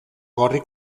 gorri